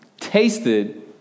tasted